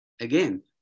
again